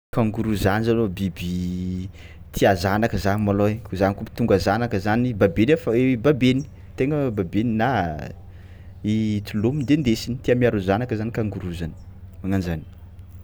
Kangoroa zany zaroa biby tia zanaka zany malôha ai, koa zany koa b- tonga zanaka zany babeny af- babeny tegna babeny na i tolomony de ndesiny, tia miaro zanaka zany kangoroa zany magnan'zany.